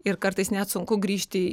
ir kartais net sunku grįžti